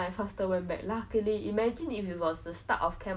in the afternoon so so they both